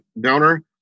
donor